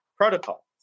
protocol